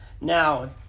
Now